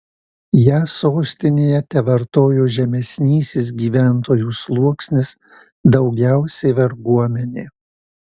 ją sostinėje tevartojo žemesnysis gyventojų sluoksnis daugiausiai varguomenė